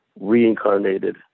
reincarnated